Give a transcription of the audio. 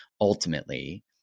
ultimately